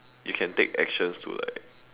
you can take actions to like